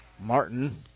Martin